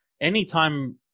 anytime